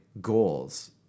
goals